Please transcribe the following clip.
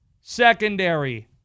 secondary